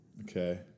Okay